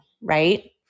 right